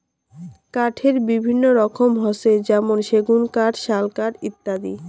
কাঠের বিভিন্ন রকম হসে যেমন সেগুন কাঠ, শাল কাঠ ইত্যাদি